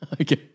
Okay